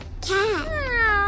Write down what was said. Cat